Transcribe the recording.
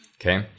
okay